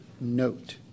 note